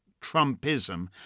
Trumpism